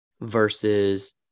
versus